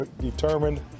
determined